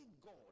God